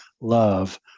love